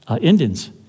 Indians